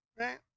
Right